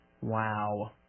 Wow